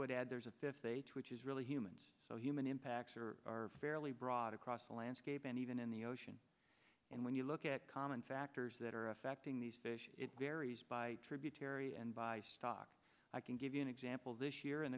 would add there's a fifth which is really humans so human impacts are fairly broad across the landscape and even in the ocean and when you look at common factors that are affecting these fish it varies by tributary and by stock i can give you an example this year